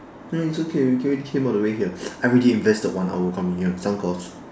no it's okay we can already came all the way here I already invested one hour coming here thank god